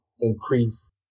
increase